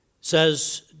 says